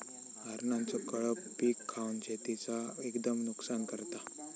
हरणांचो कळप पीक खावन शेतीचा एकदम नुकसान करता